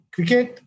Cricket